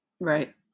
Right